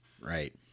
Right